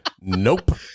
Nope